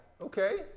Okay